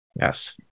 yes